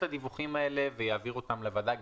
את הדיווחים האלה ויעביר אותם לוועדה.